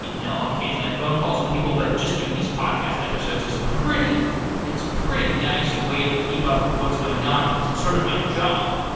you know ah phone calls with people, but just doing these podcast episodes is pretty it's a pretty nice way to keep up with what's going on, because it's sort of my job.